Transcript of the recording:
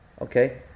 Okay